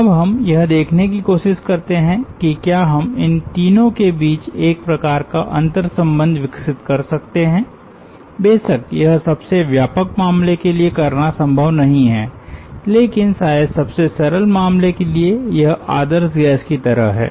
अब हम यह देखने की कोशिश करते हैं कि क्या हम इन तीनो के बीच एक प्रकार का अंतर्संबंध विकसित कर सकते हैं बेशक यह सबसे व्यापक मामले के लिए करना संभव नहीं है लेकिन शायद सबसे सरल मामले के लिए यह आदर्श गैस की तरह है